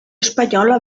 espanyola